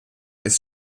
ist